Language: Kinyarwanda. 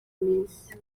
minsi